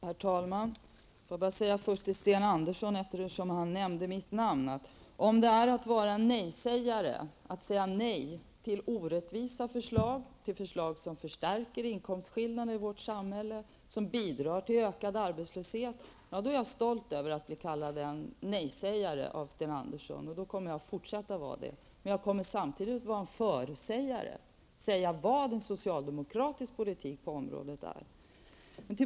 Herr talman! Låt mig först säga till Sten Andersson i Malmö, eftersom han nämnde mitt namn, att om det är att vara en nejsägare att säga nej till orättvisa förslag, till förslag som förstärker inkomstskillnader i vårt samhälle, förslag som bidrar till ökad arbetslöshet, då är jag stolt över att Sten Andersson kallar mig för nejsägare, och då kommer jag att fortsätta att vara det. Men jag kommer samtidigt att vara en ''för''-sägare, säga vad en socialdemokratisk politik på området är.